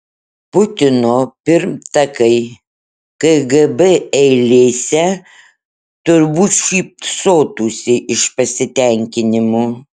putino pirmtakai kgb eilėse turbūt šypsotųsi iš pasitenkinimo